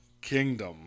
Kingdom